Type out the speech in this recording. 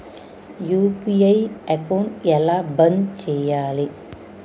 UPI account ఎలా బంద్ చేయాలి?